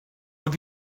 have